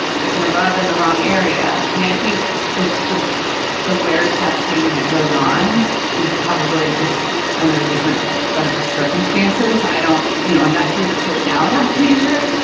it going to rub in the wrong area? i mean, i think it's just the wear testing that goes on is probably just under a different set of circumstances. i don't you know, i'm not here to put down athleisure.